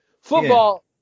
football